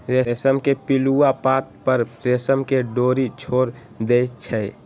रेशम के पिलुआ पात पर रेशम के डोरी छोर देई छै